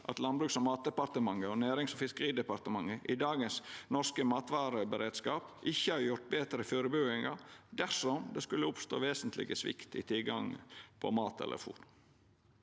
at Landbruks- og matdepartementet og Nærings- og fiskeridepartementet i dagens norske matvareberedskap ikkje har gjort betre førebuingar dersom det skulle oppstå vesentleg svikt i tilgangen på mat eller fôr.